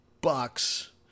bucks